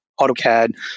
AutoCAD